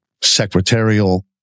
secretarial